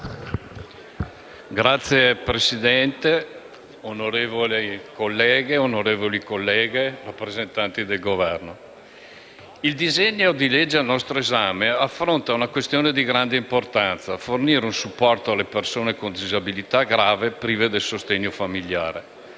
Signor Presidente, onorevoli colleghe e colleghi, rappresentanti del Governo, il disegno di legge al nostro esame affronta una questione di grande importanza: fornire un supporto alle persone con disabilità grave prive del sostegno familiare.